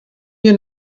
wir